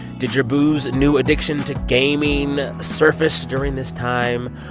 did your beau's new addiction to gaming surface during this time?